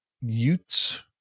Utes